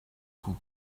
coût